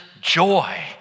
joy